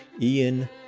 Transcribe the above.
Ian